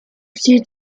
sie